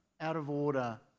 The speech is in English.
out-of-order